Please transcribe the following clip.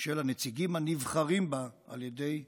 של הנציגים הנבחרים בה על ידי הרוב,